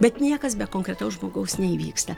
bet niekas be konkretaus žmogaus neįvyksta